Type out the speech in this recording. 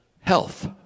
health